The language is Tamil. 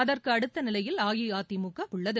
அதற்கு அடுத்த நிலையில் அஇஅதிமுக உள்ளது